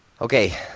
Okay